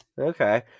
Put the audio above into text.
Okay